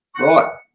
right